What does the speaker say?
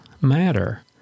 matter